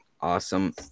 awesome